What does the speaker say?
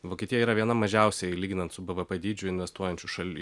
vokietija yra viena mažiausiai lyginant su bvp pavydžiu investuojančių šalių